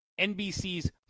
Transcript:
NBC's